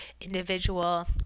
individual